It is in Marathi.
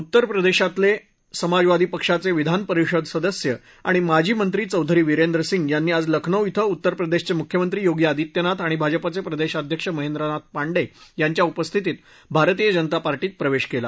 उत्तर प्रदेशातले समाजवादी पक्षाचे विधानपरिषद सदस्य आणि माजी मंत्री चौधरी विरेंद्र सिंग यांनी आज लखनौ इथं उत्तर प्रदेशचे मुख्यमंत्री योगी आदित्यनाथ आणि भाजपाचे प्रदेशाध्यक्ष महेंद्र नाथ पांडे यांच्या उपस्थितीत भारतीय जनता पार्टीत प्रवेश केला